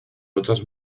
otras